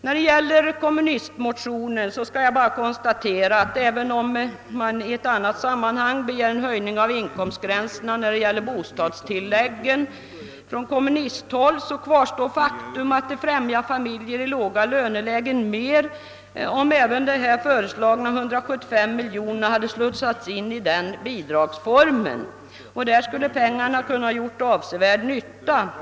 När det gäller kommunistmotionen skall jag bara konstatera att även om man från kommunisthåll i annat sammanhang begär en höjning av inkomstgränserna när det gäller bostadstillläggen kvarstår faktum att det främjat familjer i låga lönelägen mer om även de föreslagna 175 miljoner kronorna hade slussats in i denna bidragsform. Där skulle pengarna ha kunnat göra avsevärd nytta.